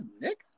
Nick